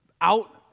out